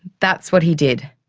that's what he did.